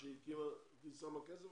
היא שמה כס?